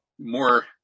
More